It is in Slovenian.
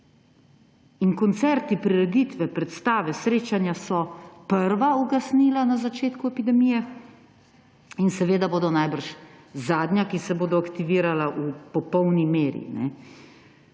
koncerti, prireditve, predstave, srečanja so prva ugasnila na začetku epidemije in seveda bodo najbrž zadnja, ki se bodo aktivirala v popolni meri.